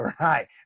Right